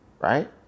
Right